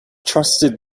trusted